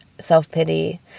self-pity